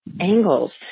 angles